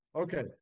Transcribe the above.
okay